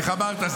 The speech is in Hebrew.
איך אמרת,